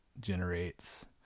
generates